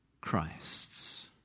Christ's